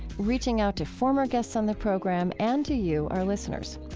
reaching out to former guests on the program and to you, our listeners.